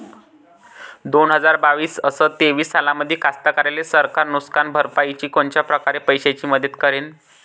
दोन हजार बावीस अस तेवीस सालामंदी कास्तकाराइले सरकार नुकसान भरपाईची कोनच्या परकारे पैशाची मदत करेन?